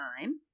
time